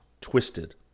twisted